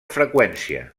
freqüència